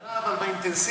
שנה, אבל באינטנסיבי.